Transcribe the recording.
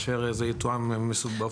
אם זה יתואם בלו"ז.